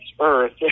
Earth